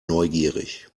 neugierig